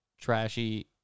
trashy